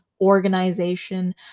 organization